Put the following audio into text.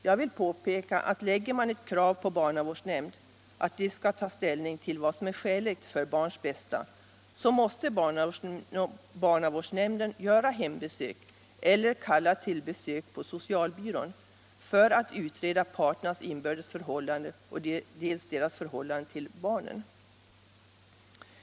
Jag vill påpeka att om man lägger ett krav på barnavårdsnämnden att den skall ta ställning till vad som är skäligt för barns bästa måste barnavårdsnämnden göra hembesök eller kalla till besök på socialbyrån för att utreda dels parternas inbördes förhållande, dels deras förhållande till barnet.